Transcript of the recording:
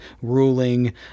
ruling